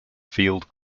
field